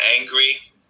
angry